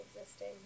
existing